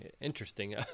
Interesting